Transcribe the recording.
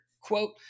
Quote